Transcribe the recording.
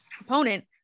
opponent